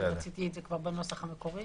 רציתי את זה כבר בנוסח המקורי.